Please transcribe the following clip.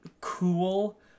cool